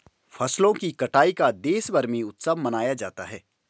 फसलों की कटाई का देशभर में उत्सव मनाया जाता है